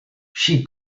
she